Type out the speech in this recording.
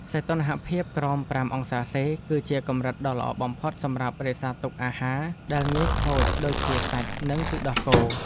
សីតុណ្ហភាពក្រោមប្រាំអង្សាសេ គឺជាកម្រិតដ៏ល្អបំផុតសម្រាប់រក្សាទុកអាហារដែលងាយខូចដូចជាសាច់និងទឹកដោះគោ។